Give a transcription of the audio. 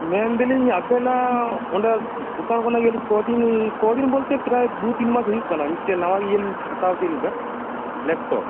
ᱢᱮᱱ ᱫᱮᱞᱤᱧ ᱟᱵᱮᱱᱟᱜ ᱚᱸᱰᱮ ᱫᱚᱠᱟᱱ ᱠᱚᱱᱟᱜ ᱠᱚᱫᱤᱱ ᱠᱚᱫᱤᱱ ᱵᱚᱞᱛᱮ ᱯᱨᱟᱭ ᱫᱩ ᱛᱤᱱ ᱢᱟᱥ ᱦᱩᱭᱩᱜ ᱠᱟᱱᱟ ᱢᱤᱫᱴᱮᱱ ᱱᱟᱣᱟ ᱤᱭᱟᱹ ᱞᱤᱧ ᱦᱟᱛᱟᱣ ᱤᱫᱤ ᱞᱮᱫᱟ ᱞᱮᱯᱴᱚᱯ